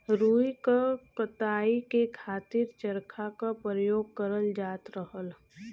रुई क कताई के खातिर चरखा क परयोग करल जात रहल